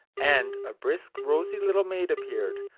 and a brisk, rosy little maid appeared,